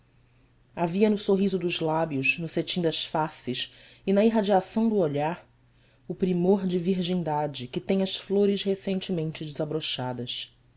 havia no sorriso dos lábios no cetim das faces e na irradiação do olhar o primor de virgindade que têm as flores recentemente desabrochadas